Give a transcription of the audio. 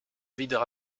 vident